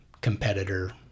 competitor